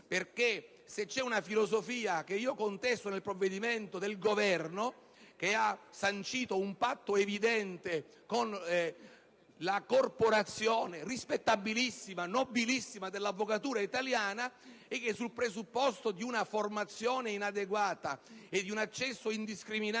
se c'è una filosofia che io contesto nel provvedimento del Governo, che ha sancito un patto evidente con la "corporazione" rispettabilissima e nobilissima dell'avvocatura italiana, è che, sul presupposto di una formazione inadeguata e di un accesso indiscriminato